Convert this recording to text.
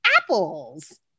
apples